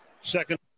Second